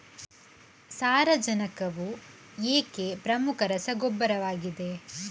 ಸಾರಜನಕವು ಏಕೆ ಪ್ರಮುಖ ರಸಗೊಬ್ಬರವಾಗಿದೆ?